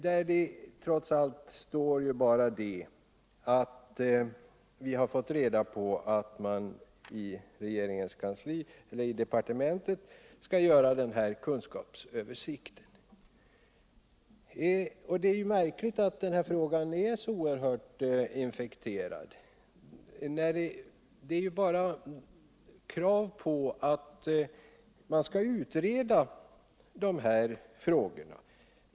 Där står trots allt bara att vi fått reda på att man i departementet skall göra denna kunskapsöversikt. Det är märkligt att denna fråga är så oerhört infekterad. Det framförs ju bara ett krav på att man skall utreda dessa frågor.